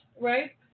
right